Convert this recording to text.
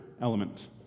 element